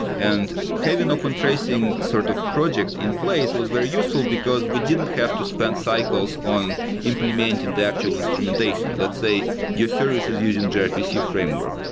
and having open tracing sort of project in place was very useful, because we didn't have to spend cycles on implementing the actual instrumentation. let's say your service is using grpc framework.